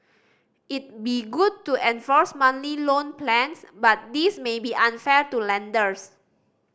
it'd be good to enforce monthly loan plans but this may be unfair to lenders